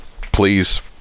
please